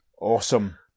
Awesome